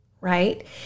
right